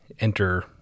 enter